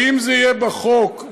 זה לא בחוק.